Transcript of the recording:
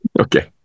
Okay